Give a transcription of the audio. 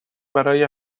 برای